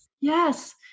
yes